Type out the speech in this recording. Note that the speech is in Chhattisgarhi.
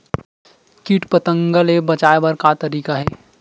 कीट पंतगा ले बचाय बर का तरीका हे?